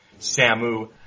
samu